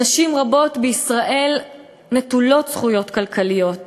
נשים רבות בישראל נטולות זכויות כלכליות.